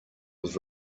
was